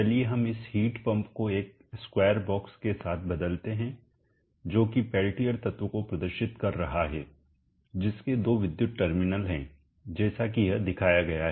चलिए हम इस हिट पंप को एक स्क्वेयर बॉक्स Square Box वर्गाकार बॉक्स के साथ बदलते हैं जो कि पेल्टियर तत्व को प्रदर्शित कर रहा है जिसके दो विद्युत टर्मिनल हैं जैसा कि यह दिखाया गया है